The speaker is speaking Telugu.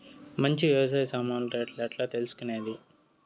మంచి వ్యవసాయ సామాన్లు రేట్లు ఎట్లా తెలుసుకునేది?